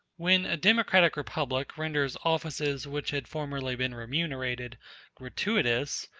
when a democratic republic renders offices which had formerly been remunerated gratuitous,